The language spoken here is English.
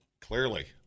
clearly